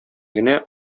генә